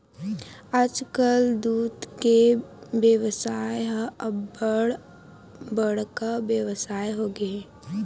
आजकाल दूद के बेवसाय ह अब्बड़ बड़का बेवसाय होगे हे